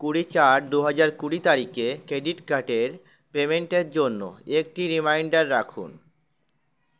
কুড়ি চার দু হাজার কুড়ি তারিখে ক্রেডিট কার্ডের পেমেন্টের জন্য একটি রিমাইন্ডার রাখুন